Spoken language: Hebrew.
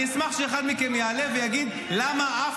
אני אשמח שאחד מכם יעלה ויגיד למה אף